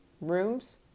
rooms